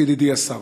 ידידי השר,